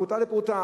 פרוטה לפרוטה,